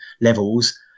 levels